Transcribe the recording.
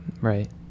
Right